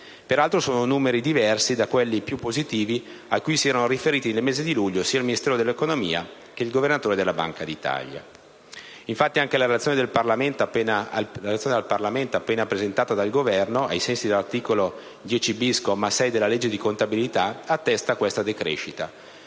Peraltro, sono numeri diversi da quelli più positivi a cui si erano riferiti nel mese di luglio sia il Ministro dell'economia sia il Governatore della Banca d'Italia. Infatti, anche la relazione al Parlamento appena presentata dal Governo, ai sensi dell'articolo 10*-bis*, comma 6, della legge di contabilità, attesta questa decrescita,